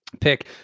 pick